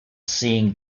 seeing